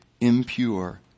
impure